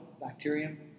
bacterium